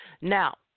Now